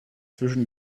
zwischen